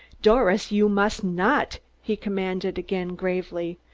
doris, you must not! he commanded again gravely.